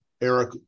Eric